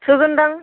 थोगोनखोमा